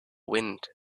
wind